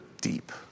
deep